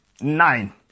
nine